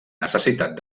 necessitat